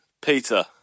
Peter